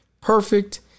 perfect